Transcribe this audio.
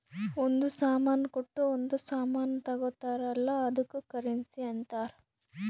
ಒಂದ್ ಸಾಮಾನ್ ಕೊಟ್ಟು ಒಂದ್ ಸಾಮಾನ್ ತಗೊತ್ತಾರ್ ಅಲ್ಲ ಅದ್ದುಕ್ ಕರೆನ್ಸಿ ಅಂತಾರ್